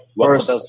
first